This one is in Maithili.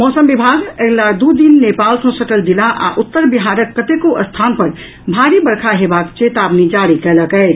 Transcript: मौसम विभाग अगिला दू दिन नेपाल सॅ सटल जिला आ उत्तर बिहारक कतेको स्थान पर भारी बर्षा हेबाक चेतावनी जारी कयलक अछि